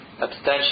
Abstention